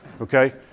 Okay